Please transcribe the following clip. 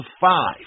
five